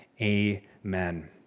Amen